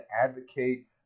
advocate